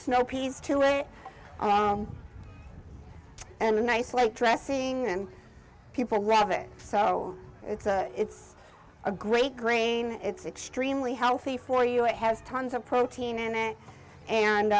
snow peas to it and a nice like dressing and people rabbit so it's a it's a great grain it's extremely healthy for you it has tons of protein in it